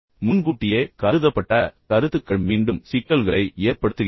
முன்கூட்டியே கருதப்பட்ட கருத்துக்கள் மீண்டும் சிக்கல்களை ஏற்படுத்துகின்றன